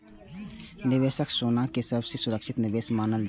निवेशक सोना कें सबसं सुरक्षित निवेश मानै छै